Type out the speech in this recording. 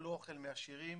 יקבלו אוכל מעשירים,